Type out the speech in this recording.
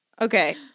Okay